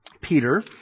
Peter